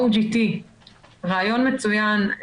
OGT. רעיון מצוין,